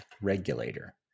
regulator